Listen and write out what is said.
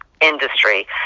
industry